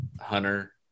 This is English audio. Hunter